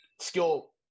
skill